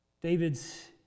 David's